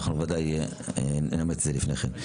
אנחנו ודאי נאמץ את זה לפני כן.